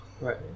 Right